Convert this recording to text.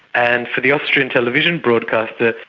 and for the austrian television broadcaster,